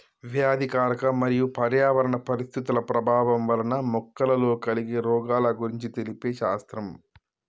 వ్యాధికారక మరియు పర్యావరణ పరిస్థితుల ప్రభావం వలన మొక్కలలో కలిగే రోగాల గురించి తెలిపే శాస్త్రం